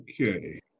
Okay